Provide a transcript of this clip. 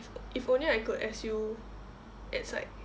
if if only I could S_U